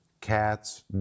cats